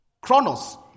chronos